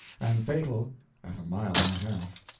and fatal at a mile and a half.